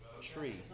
tree